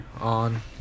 on